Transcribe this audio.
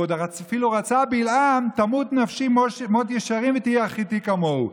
ובלעם אפילו רצה "תמת נפשי מות ישרים ותהי אחריתי כמהו".